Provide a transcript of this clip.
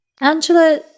Angela